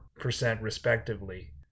respectively